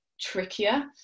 trickier